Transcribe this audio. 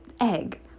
egg